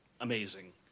amazing